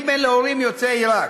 אני בן להורים יוצאי עיראק,